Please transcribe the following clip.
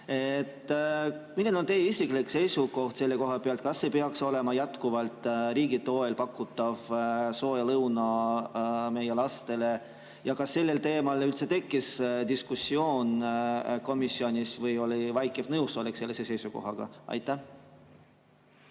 Milline on teie isiklik seisukoht selle koha pealt, kas peaks olema jätkuvalt riigi toel pakutav soe lõuna meie lastele? Ja kas sellel teemal üldse tekkis diskussioon komisjonis või oli vaikiv nõusolek sellise seisukohaga? Aitäh,